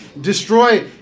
destroy